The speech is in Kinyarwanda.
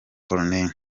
col